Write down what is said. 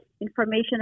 information